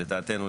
לדעתנו,